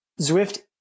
Zwift